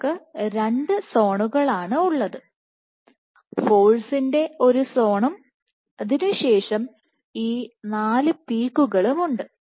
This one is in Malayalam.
നിങ്ങൾക്ക് 2 സോണുകൾ ആണ് ഉള്ളത് ഫോഴ്സിന്റെ ഒരു സോണും അതിനുശേഷം ഈ 4 പീക്കുകളും ഉണ്ട്